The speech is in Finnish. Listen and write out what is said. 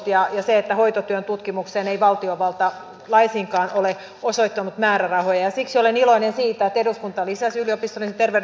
ensimmäinen on se että hoitotyön tutkimukseen ei valtiovalta laisinkaan ole osoittanut määrärahoja siksi olen iloinen hallitus leikkaa nuorisotakuun rahoitusta hyvin rankasti